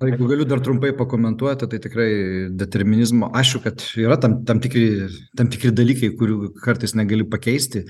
jeigu galiu dar trumpai pakomentuoti tai tikrai determinizmo aišku kad yra tam tam tikri tam tikri dalykai kurių kartais negali pakeisti